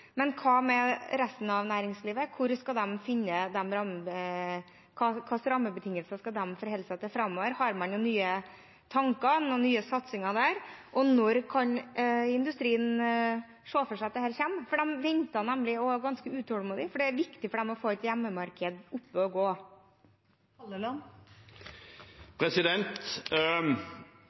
men hva med resten av næringslivet? Hvilke rammebetingelser skal de forholde seg til framover? Har man noen nye tanker, noen nye satsinger der – og når kan industrien se for seg at dette kommer? De venter nemlig og er ganske utålmodige, for det er viktig for dem å få et hjemmemarked opp å gå.